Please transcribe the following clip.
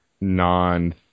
non